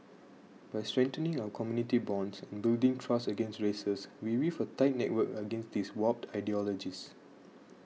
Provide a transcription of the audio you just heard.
by strengthening our community bonds and building trust again races we weave a tight network against these warped ideologies